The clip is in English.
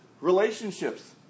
relationships